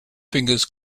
fingers